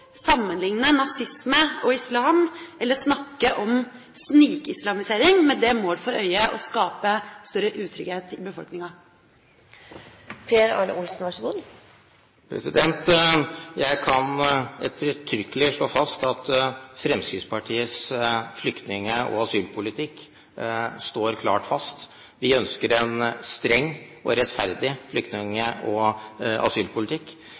sammenligne nazisme og islam og snakke om snikislamisering med det mål for øye å skape større utrygghet i befolkninga. Jeg kan ettertrykkelig slå fast at Fremskrittspartiets flyktning- og asylpolitikk står klart fast. Vi ønsker en streng og rettferdig flyktning- og asylpolitikk.